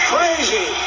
Crazy